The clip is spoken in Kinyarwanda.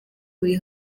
buri